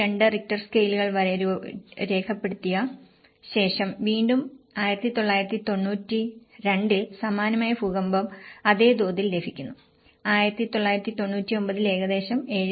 2 Richter സ്കെയിലുകൾ വരെ രേഖപ്പെടുത്തിയ ശേഷം വീണ്ടും 1992 ൽ സമാനമായ ഭൂകമ്പം അതെ തോതിൽ ലഭിക്കുന്നു 1999ൽ ഏകദേശം 7